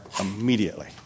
immediately